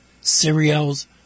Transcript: Cereals